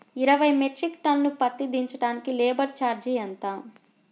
ఇరవై metric ton పత్తి దించటానికి లేబర్ ఛార్జీ ఎంత?